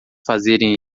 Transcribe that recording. fazerem